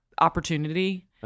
opportunity